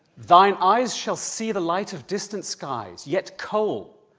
thine eyes shall see the light of distant skies yet, cole!